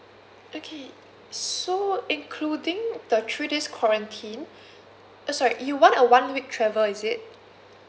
okay so including the three days quarantine uh sorry you want a one week travel is it